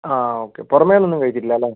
ആ ഓക്കേ പുറമേ നിന്ന് ഒന്നും കഴിച്ചിട്ടില്ല അല്ലെ